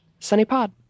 sunnypod